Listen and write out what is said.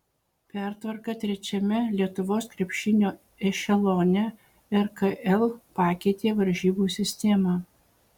pertvarka trečiame lietuvos krepšinio ešelone rkl pakeitė varžybų sistemą